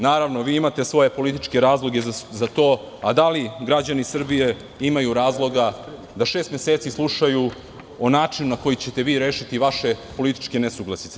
Naravno, vi imate svoje političke razloge za to, a da li građani Srbije imaju razloga da šest meseci slušaju o načinu na koji ćete vi rešiti vaše političke nesuglasice?